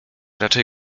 raczej